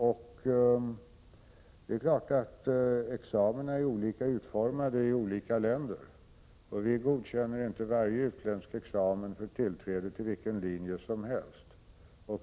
Examina är naturligtvis olika utformade i olika länder, och vi godkänner inte varje utländsk examen för tillträde till vilken linje som helst.